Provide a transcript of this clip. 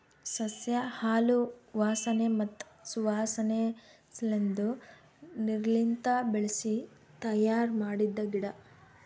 ಸಸ್ಯ ಹಾಲು ವಾಸನೆ ಮತ್ತ್ ಸುವಾಸನೆ ಸಲೆಂದ್ ನೀರ್ಲಿಂತ ಬೆಳಿಸಿ ತಯ್ಯಾರ ಮಾಡಿದ್ದ ಗಿಡ